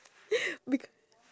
bec~